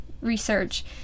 research